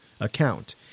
account